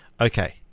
Okay